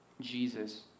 Jesus